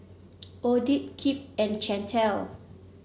Odette Kipp and Chantel